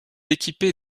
équipé